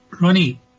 Ronnie